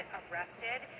arrested